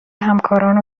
همکاران